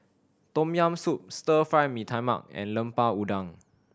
Tom Yam Soup Stir Fry Mee Tai Mak and Lemper Udang